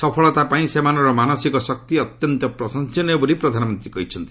ସଫଳତା ପାଇଁ ସେମାନଙ୍କର ମାନସିକ ଶକ୍ତି ଅତ୍ୟନ୍ତ ପ୍ରଶଂସନୀୟ ବୋଲି ପ୍ରଧାନମନ୍ତ୍ରୀ କହିଛନ୍ତି